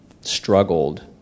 struggled